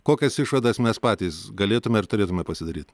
kokias išvadas mes patys galėtume ir turėtume pasidaryt